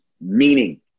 Meaning